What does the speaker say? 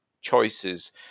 choices